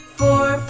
four